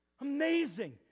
Amazing